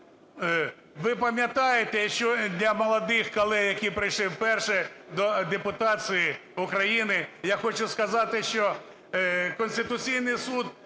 Ви пам'ятаєте, що для молодих колег, які прийшли вперше до депутації України, я хочу сказати, що Конституційний Суд